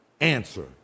Answer